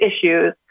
issues